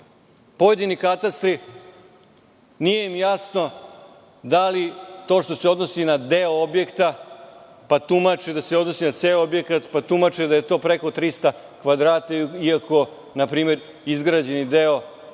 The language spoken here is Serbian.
pojedinim katastrima nije jasno da li to što se odnosi na deo objekta, pa tumače da se odnosi na ceo objekat, pa tumače da je to preko 300 kvadrata iako, npr. izgrađeni deo